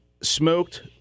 smoked